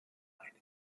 eine